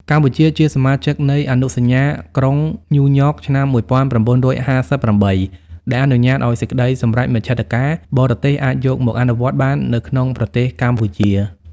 កម្ពុជាជាសមាជិកនៃអនុសញ្ញាក្រុងញូវយ៉កឆ្នាំ ១៩៥៨ ដែលអនុញ្ញាតឱ្យសេចក្តីសម្រេចមជ្ឈត្តការបរទេសអាចយកមកអនុវត្តបាននៅក្នុងប្រទេសកម្ពុជា។